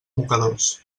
mocadors